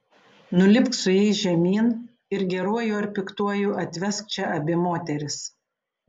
nulipk su jais žemyn ir geruoju ar piktuoju atvesk čia abi moteris